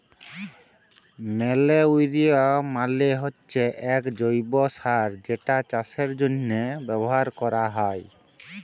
ম্যালইউর মালে হচ্যে এক জৈব্য সার যেটা চাষের জন্হে ব্যবহার ক্যরা হ্যয়